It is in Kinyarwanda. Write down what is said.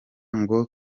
ngo